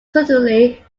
suddenly